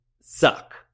suck